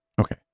Okay